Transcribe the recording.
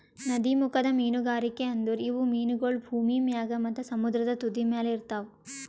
ನದೀಮುಖದ ಮೀನುಗಾರಿಕೆ ಅಂದುರ್ ಇವು ಮೀನಗೊಳ್ ಭೂಮಿ ಮ್ಯಾಗ್ ಮತ್ತ ಸಮುದ್ರದ ತುದಿಮ್ಯಲ್ ಇರ್ತಾವ್